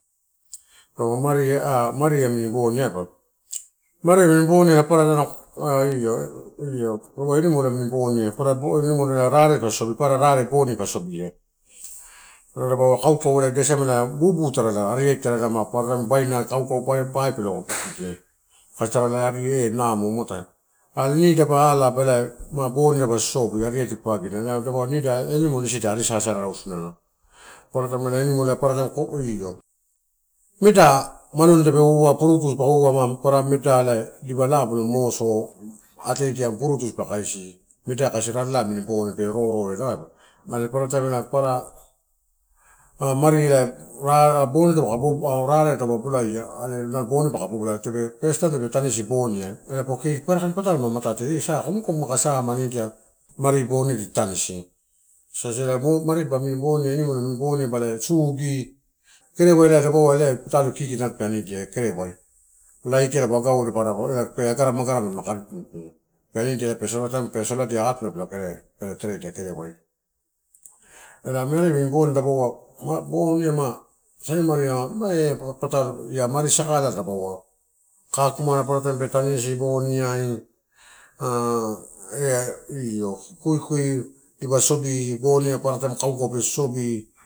Mari-mari amini boni ama, mari amini boni nalo papara nalo io-io ah animal amini boni papara animal rare dipa sobi papara, rare boni dipa sobie. Nalo dapaua kaukau ida siamela bubu tarala, ariati tarala ma paparataim babaina kaukau pai pe sisiela aka tara ari eh namu muatai are nidaba ala bonia na sosobi ariati papaginai ela animal isida arisasadasadato. Paparataim animal ai paparataim io nida malonu, uama purutu dipa kaisi meda kasirarela mini pe roro ela aibu, paparataim mari eh boni ah rareai taupe bolaia ela ma bonia are first taim tape tanisi ela paua kee paparakain patalo ma, matate eh sa komukomu aka sa mari di tatanisi, elaimari amini boniai, animal amini boniai, sugi ela kerevai dupau elai patalo kiki nalo pe anidia kareuai laiti taupe agaua pe agara agara agarama pe lama karatia pe anidia. Ela meda amini boni ine mapaua oh kee namari ia mari sakola dapaua, kakumana paparataim pe tanisi boniai ah io kuikui dipa sobi, kaukau paparataim dipa sobi.